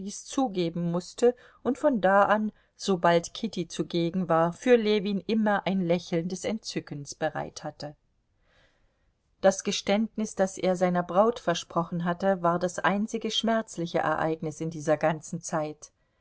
zugeben mußte und von da an sobald kitty zugegen war für ljewin immer ein lächeln des entzückens bereit hatte das geständnis das er seiner braut versprochen hatte war das einzige schmerzliche ereignis in dieser ganzen zeit